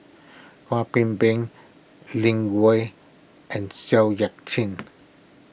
Kwek Beng Lin and Seow Yit Kin